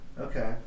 Okay